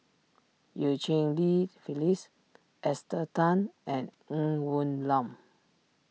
Eu Cheng Li Phyllis Esther Tan and Ng Woon Lam